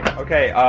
okay,